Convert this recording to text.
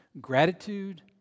gratitude